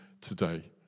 today